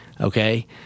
Okay